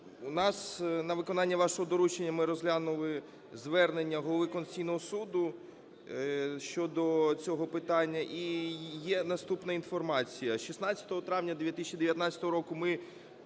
У нас на виконання вашого доручення ми розглянули звернення Голови Конституційного Суду щодо цього питання. І є наступна інформація. 16 травня 2019 року ми